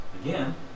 Again